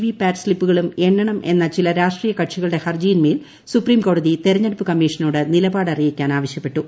V PAT സ്ലിപ്പുകളും എണ്ണണമെന്ന ചില രാഷ്ട്രീയ കക്ഷികളുടെ ഹർജിയിൻമേൽ സുപ്രീംകോടതി തിരഞ്ഞെടുപ്പ് കമ്മീഷനോട് നിലപാട് അറിയിക്കാൻ ആവശ്യപ്പെട്ടു